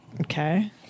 Okay